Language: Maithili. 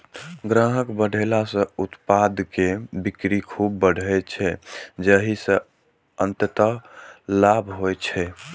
ग्राहक बढ़ेला सं उत्पाद के बिक्री खूब बढ़ै छै, जाहि सं अंततः लाभ होइ छै